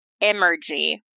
energy